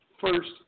first